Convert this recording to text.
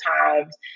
times